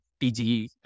TGE